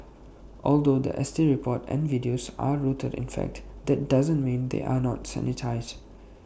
although The S T report and videos are rooted in fact that doesn't mean they are not sanitised